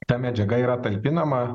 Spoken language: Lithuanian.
ta medžiaga yra talpinama